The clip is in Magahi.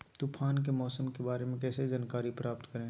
तूफान के मौसम के बारे में कैसे जानकारी प्राप्त करें?